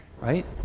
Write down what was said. Right